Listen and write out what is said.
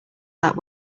that